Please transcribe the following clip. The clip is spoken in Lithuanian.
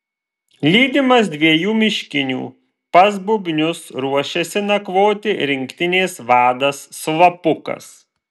lydimas dviejų miškinių pas bubnius ruošiasi nakvoti rinktinės vadas slapukas